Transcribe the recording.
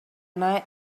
night